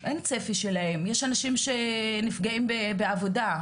יש אנשים שנפגעים בתאונות עבודה,